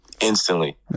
instantly